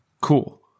Cool